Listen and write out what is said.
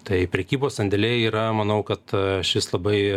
tai prekybos sandėliai yra manau kad šis labai